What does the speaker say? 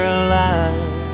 alive